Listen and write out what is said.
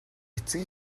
эцэг